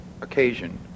occasion